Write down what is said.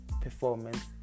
performance